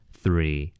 three